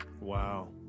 Wow